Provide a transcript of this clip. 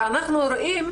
ואנחנו רואים,